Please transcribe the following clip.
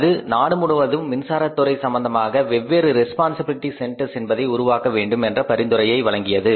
அது நாடு முழுவதும் மின்சாரத் துறை சம்பந்தமாக வெவ்வேறு ரெஸ்பான்சிபிலிட்டி சென்டர்ஸ் என்பதை உருவாக்க வேண்டும் என்ற பரிந்துரையை வழங்கியது